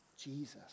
Jesus